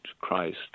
Christ